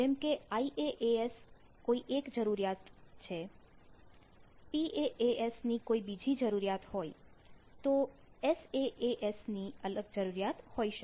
જેમ કે IaaS કોઈ એક જરૂરિયાત છે હોય PaaS ની કોઈ એક જરૂરિયાત હોય તો SaaS ની કોઈ અલગ જરૂરિયાત હોય